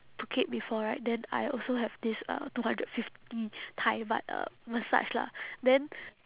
phuket before right then I also have this uh two hundred fifty thai baht uh massage lah then